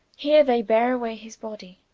here they beare away his body.